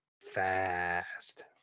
fast